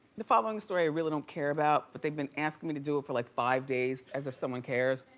the following story i really don't care about, but they've been asking me to do it for like five days as if someone cares.